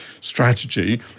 strategy